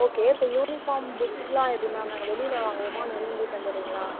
okay இப்போ uniform புக்ஸ்லாம் எப்படி மேம் நாங்கள் வெளியில வாங்கணுமா இல்லை நீங்களே தந்துடுறீங்களா